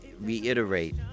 reiterate